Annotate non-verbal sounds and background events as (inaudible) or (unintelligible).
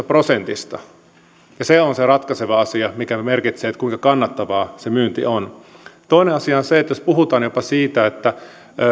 (unintelligible) prosentista on se ratkaiseva asia mikä merkitsee kuinka kannattavaa se myynti on toinen asia on se että kun puhutaan jopa siitä että